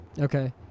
Okay